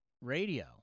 Radio